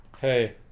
Hey